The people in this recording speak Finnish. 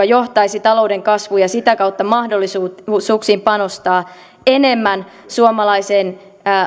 johtaisi talouden kasvuun ja sitä kautta mahdollisuuksiin panostaa enemmän suomalaiseen